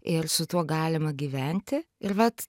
ir su tuo galima gyventi ir vat